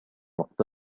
وقت